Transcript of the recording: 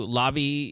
lobby